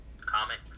comics